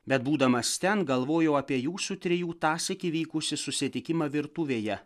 bet būdamas ten galvojau apie jūsų trijų tąsyk įvykusį susitikimą virtuvėje